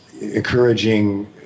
encouraging